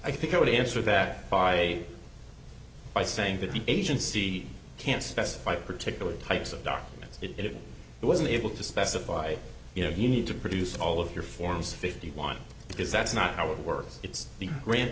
i think i would answer that by by saying that the agency can't specify particular types of documents it wasn't able to specify you know you need to produce all of your forms fifty one because that's not how it works it's the gran